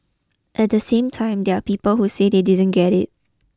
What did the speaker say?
at the same time there are people who say they didn't get it